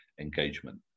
engagement